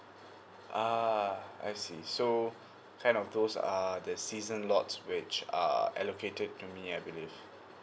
uh I see so kind of those uh the season lots which uh allocated to me everyday